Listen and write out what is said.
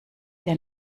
der